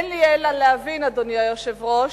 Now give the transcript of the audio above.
אין לי אלא להבין, אדוני היושב-ראש,